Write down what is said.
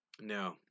No